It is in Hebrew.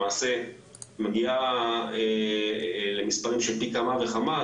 למעשה מגיעה למספרים של פי כמה וכמה,